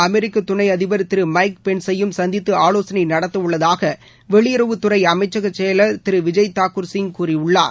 அமெரிக்க துணை அதிபர் திரு எமக் பென்சே யும் சந்தித்து ஆலோசனை நடத்தவுள்ளதாக வெளியுறவுத்துறை அமைச்சக செயலர் திரு விஜய் தாக்கூர் சிங் கூறியுள்ளார்